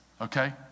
okay